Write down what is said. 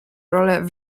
rolę